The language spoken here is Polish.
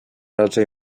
raczej